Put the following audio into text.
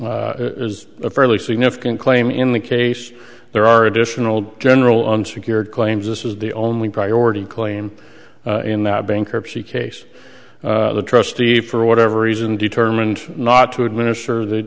is a fairly significant claim in the case there are additional general unsecured claims this is the only priority claim in that bankruptcy case the trustee for whatever reason determined not to administer th